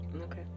okay